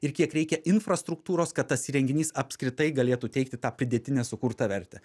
ir kiek reikia infrastruktūros kad tas įrenginys apskritai galėtų teikti tą pridėtinę sukurtą vertę